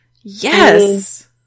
yes